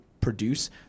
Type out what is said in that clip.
produce